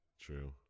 true